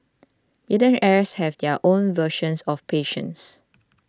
billionaires have their own versions of patience